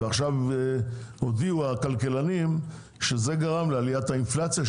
עכשיו הכלכלנים הודיעו שזה גרם לעליית האינפלציה,